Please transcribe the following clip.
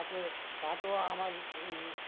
তাতে তাতেও আমার